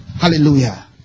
Hallelujah